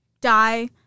die